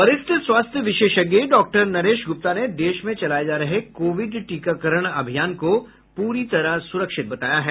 वरिष्ठ स्वास्थ्य विशेषज्ञ डॉक्टर नरेश गुप्ता ने देश में चलाये जा रहे कोविड टीकाकरण अभियान को पूरी तरह सुरक्षित बताया है